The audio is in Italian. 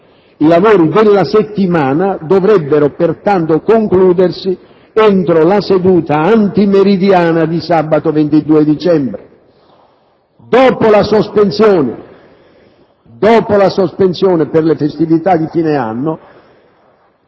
I lavori della settimana dovrebbero pertanto concludersi entro la seduta antimeridiana di sabato 22 dicembre. Dopo la sospensione per le festività di fine anno